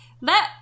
let